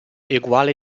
eguale